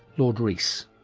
lord rees.